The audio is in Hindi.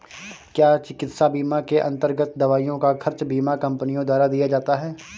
क्या चिकित्सा बीमा के अन्तर्गत दवाइयों का खर्च बीमा कंपनियों द्वारा दिया जाता है?